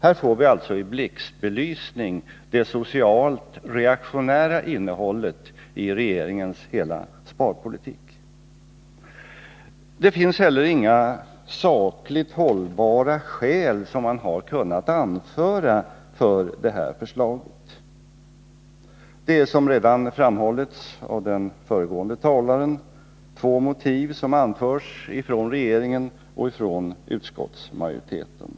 Här får vi alltså i blixtbelysning det socialt reaktionära innehållet i regeringens hela sparpolitik. Regeringen har inte heller kunnat anföra några sakligt hållbara skäl för sitt förslag. Det är, som redan framhållits av den föregående talaren, två motiv som har anförts från regeringen och utskottsmajoriteten.